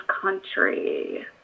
country